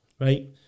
right